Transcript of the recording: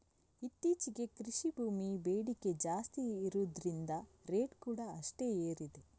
ಇತ್ತೀಚೆಗೆ ಕೃಷಿ ಭೂಮಿ ಬೇಡಿಕೆ ಜಾಸ್ತಿ ಇರುದ್ರಿಂದ ರೇಟ್ ಕೂಡಾ ಅಷ್ಟೇ ಏರಿದೆ